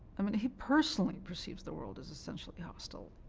i mean he personally perceives the world as essentially hostile,